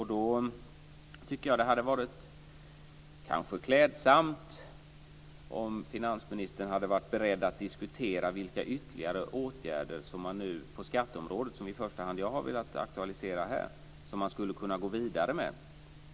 Jag tycker att det hade varit ganska klädsamt om finansministern hade varit beredd att diskutera vilka ytterligare åtgärder som han nu på skatteområdet, som jag i första hand har velat aktualisera nu, skulle kunna gå vidare med.